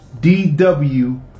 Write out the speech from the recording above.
DW